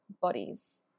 bodies